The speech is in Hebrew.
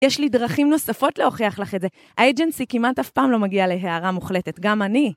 יש לי דרכים נוספות להוכיח לך את זה. האג'נסי כמעט אף פעם לא מגיעה להערה מוחלטת, גם אני.